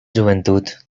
joventut